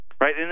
Right